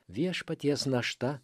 viešpaties našta